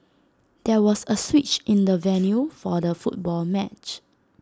there was A switch in the venue for the football match